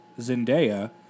Zendaya